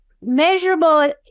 measurable